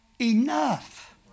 enough